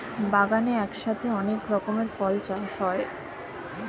বাগানে একসাথে অনেক রকমের ফল চাষ হয়